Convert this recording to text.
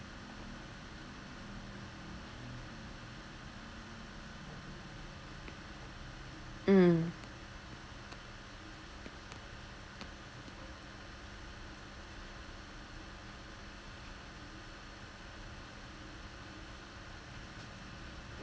mm